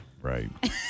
right